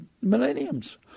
millenniums